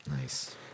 Nice